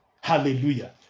Hallelujah